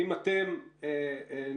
האם אתם נדרשתם?